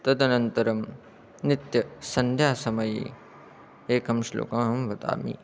तदनन्तरं नित्यसन्ध्यासमये एकं श्लोकमहं वदामि